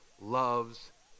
loves